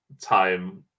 time